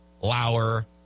Lauer